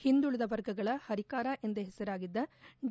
ಹಿಂದುಳದ ವರ್ಗಗಳ ಪರಿಕಾರ ಎಂದೇ ಹೆಸರಾಗಿದ್ದ ಡಿ